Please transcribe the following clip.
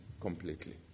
completely